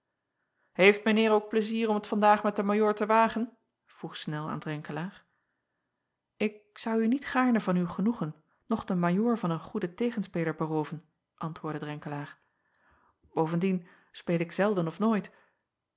eeft mijn eer ook plezier om t vandaag met den ajoor te wagen vroeg nel aan renkelaer k zou u niet gaarne van uw genoegen noch den ajoor van een goeden tegenspeler berooven antwoordde renkelaer bovendien speel ik zelden of nooit